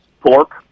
pork